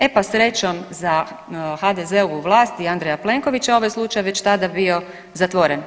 E pa srećom za HDZ-ovu vlast i Andreja Plenkovića ovaj slučaj je već tada bio zatvoren.